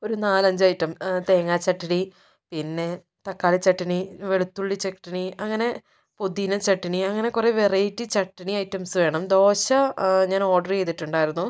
ഒരു നാലഞ്ച് ഐറ്റം തേങ്ങ ചട്നി പിന്നെ തക്കാളി ചട്നി വെളുത്തുള്ളി ചട്നി അങ്ങനെ പുതിന ചട്നി അങ്ങനെ കുറെ വെറൈറ്റി ചട്നി ഐറ്റംസ് വേണം ദോശ ഞാൻ ഓർഡർ ചെയ്തിട്ടുണ്ടായിരുന്നു